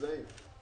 כי